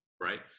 right